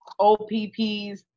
OPPs